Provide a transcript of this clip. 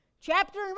Chapter